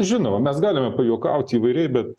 žinoma mes galime pajuokaut įvairiai bet